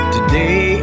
Today